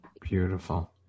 Beautiful